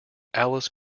alice